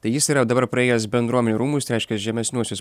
tai jis yra dabar praėjęs bendruomenių rūmų tai reiškia žemesniuosius